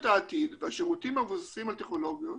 העתיד והשירותים המבוססים על טכנולוגיות